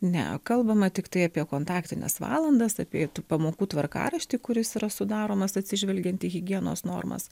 ne kalbama tiktai apie kontaktines valandas apie tų pamokų tvarkaraštį kuris yra sudaromas atsižvelgiant į higienos normas